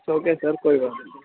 it's okay sir کوئی بات نہیں